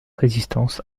résistance